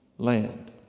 Land